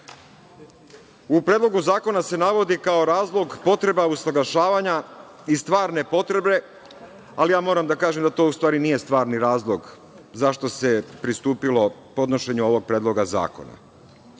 Predlogu zakona se navodi kao razlog potreba usaglašavanja i stvarne potrebe, ali ja moram da kažem da to u stvari nije stvarni razlog zašto se pristupilo podnošenju ovog predloga zakona.